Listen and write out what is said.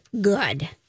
good